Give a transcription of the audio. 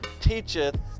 teacheth